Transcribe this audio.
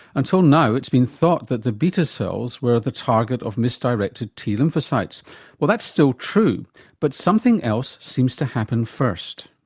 until now it's been thought that the beta cells were the target of misdirected t lymphocytes well that's still true but something else seems to happen first.